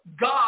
God